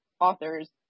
authors